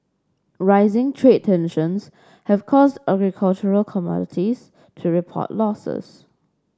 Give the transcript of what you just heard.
rising trade tensions have caused agricultural commodities to report losses